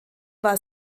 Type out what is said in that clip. war